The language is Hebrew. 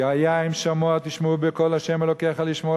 והיה אם שמוע תשמעו בקול ה' אלוקיך לשמור